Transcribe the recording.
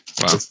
Wow